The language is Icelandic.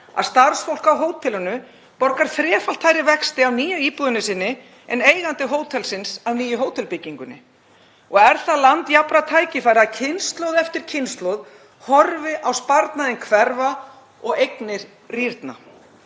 að starfsfólk á hótelinu borgi þrefalt hærri vexti af nýju íbúðinni sinni en eigandi hótelsins af nýju hótelbyggingunni. Og er það land jafnra tækifæra að kynslóð eftir kynslóð horfi á sparnaðinn hverfa og eignir rýrna?